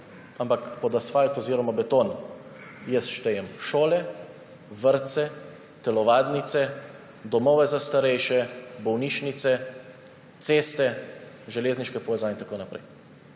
Ampak pod asfalt oziroma beton jaz štejem šole, vrtce, telovadnice, domove za starejše, bolnišnice, ceste, železniške povezave in tako naprej.